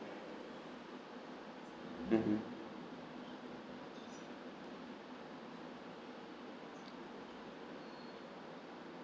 mmhmm